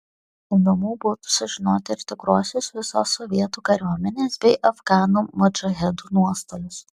įdomu būtų sužinoti ir tikruosius visos sovietų kariuomenės bei afganų modžahedų nuostolius